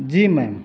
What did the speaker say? जी ma'am